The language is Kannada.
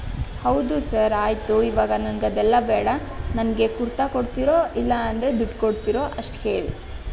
ಹೌದು ಸರ್ ಆಯಿತು ಈವಾಗ ನನಗದೆಲ್ಲ ಬೇಡ ನನಗೆ ಕುರ್ತಾ ಕೊಡ್ತೀರೋ ಇಲ್ಲ ಅಂದರೆ ದುಡ್ಡು ಕೊಡ್ತೀರೋ ಅಷ್ಟು ಹೇಳಿ